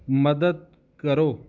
ਮਦਦ ਕਰੋ